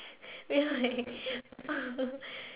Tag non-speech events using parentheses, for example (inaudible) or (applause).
we are like (laughs)